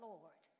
Lord